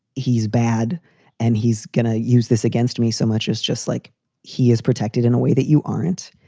he's bad and he's gonna use this against me so much as just like he is protected in a way that you aren't.